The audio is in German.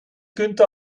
günther